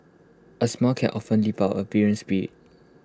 A smile can often lift up A weary